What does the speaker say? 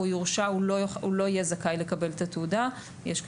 הוא לא יהיה זכאי לקבל את התעודה; יש את